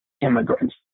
immigrants